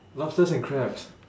lobsters and crabs